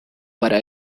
para